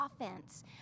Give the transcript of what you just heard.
offense